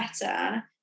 better